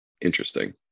Interesting